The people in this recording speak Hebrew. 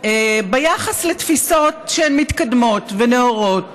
ביחס לתפיסות שהן מתקדמות ונאורות